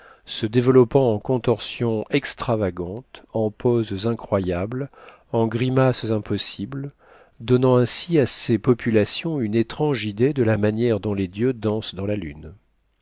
se développant en contorsions extravagantes en poses incroyables en grimaces impossibles donnant ainsi à ces populations une étrange idée de la manière dont les dieux dansent dans la lune